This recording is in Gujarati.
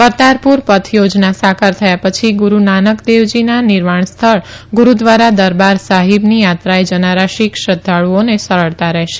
કરતાપુર પથ યોજના સાકાર થયા પછી ગુડુ નાનકદેવજીના નિર્વાણસ્થળ ગુરુદ્વારા દરબાર સાહિબની યાત્રાએ જનારા શીખ શ્રધ્ધાળુઓને સરળતા રહેશે